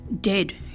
dead